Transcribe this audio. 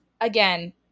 again